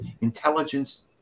intelligence